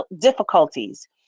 difficulties